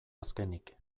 azkenik